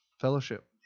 fellowship